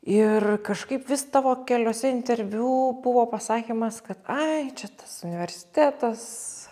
ir kažkaip vis tavo keliuose interviu buvo pasakymas kad ai čia tas universitetas